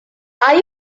are